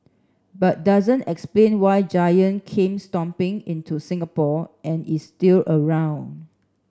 but doesn't explain why Giant came stomping into Singapore and is still around